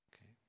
Okay